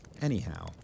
Anyhow